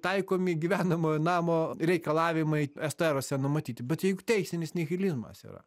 taikomi gyvenamo namo reikalavimai es tė eruose numatyti bet juk teisinis nihilizmas yra